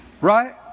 Right